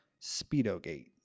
SpeedoGate